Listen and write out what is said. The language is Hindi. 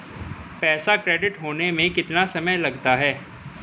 पैसा क्रेडिट होने में कितना समय लगता है?